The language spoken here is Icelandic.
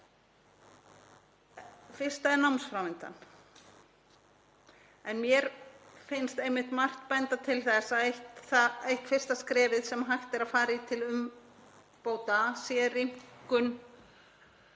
fyrsta er námsframvindan. Mér finnst einmitt margt benda til þess að eitt fyrsta skrefið sem hægt væri að fara í til umbóta sé rýmkun